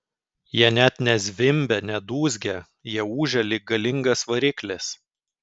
jie net ne zvimbia ne dūzgia jie ūžia lyg galingas variklis